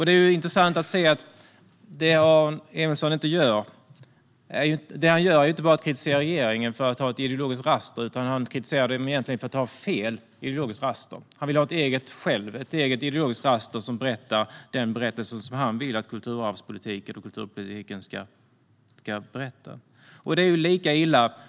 Det är intressant att se att det Aron Emilsson gör inte bara är att kritisera regeringen för att ha ett ideologiskt raster, utan han kritiserar den egentligen för att ha fel ideologiskt raster. Han vill själv ha ett eget ideologiskt raster som berättar den berättelse som han vill att kulturarvspolitiken och kulturpolitiken ska berätta. Det är lika illa.